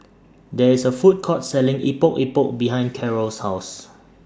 There IS A Food Court Selling Epok Epok behind Karyl's House